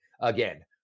again